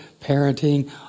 parenting